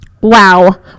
Wow